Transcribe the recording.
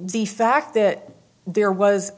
the fact that there was a